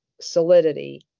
solidity